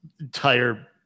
entire